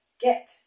get